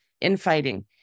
infighting